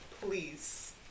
please